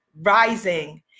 rising